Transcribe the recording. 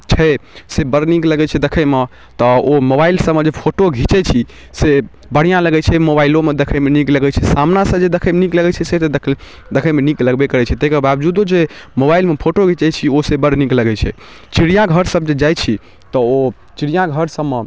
छै से बड़ नीक लगै छै देखैमे तऽ ओ मोबाइलसबमे जे फोटो घिचै छी से बढ़ियाँ लगै छै मोबाइलोमे देखैमे नीक लगै छै सामनासँ जे देखैमे नीक लगै छै से तऽ देखैमे नीक लगबे करै छै ताहिके बावजूदो जे मोबाइलमे फोटो घिचै छी ओ ई बड़ नीक लगै छै चिड़िआँघर से सब जे जाइ छी तऽ ओ चिड़िआँघर सबमे